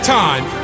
time